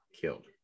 killed